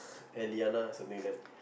Alyana something like that